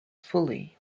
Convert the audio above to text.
fully